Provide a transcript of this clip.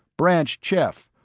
branch chef,